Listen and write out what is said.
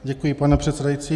Děkuji, pane předsedající.